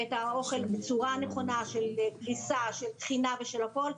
ואת האוכל בצורה נכונה של תפיסה ושל טחינה והכל,